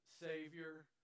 savior